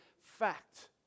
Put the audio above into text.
fact